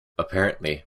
apparently